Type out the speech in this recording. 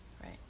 right